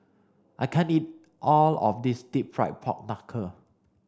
I can't eat all of this deep fried pork knuckle